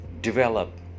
develop